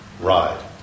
ride